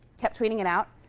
kept tweeting it out.